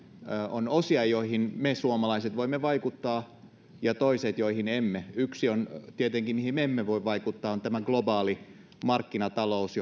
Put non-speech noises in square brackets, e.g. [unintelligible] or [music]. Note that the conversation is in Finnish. on osia joihin me suomalaiset voimme vaikuttaa ja toisia joihin emme yksi tietenkin mihin me emme voi vaikuttaa on tämä globaali markkinatalous [unintelligible]